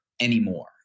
anymore